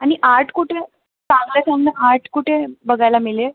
आणि आर्ट कुठे आहे चांगले चांगले आर्ट कुठे बघायला मिळेल